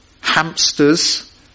hamsters